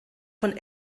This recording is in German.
von